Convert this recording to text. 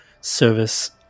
service